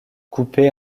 coupés